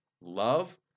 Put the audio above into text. love